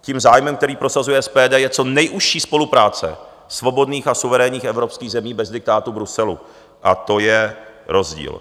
Tím zájmem, který prosazuje SPD, je co nejužší spolupráce svobodných a suverénních evropských zemí bez diktátu Bruselu a to je rozdíl.